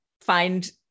find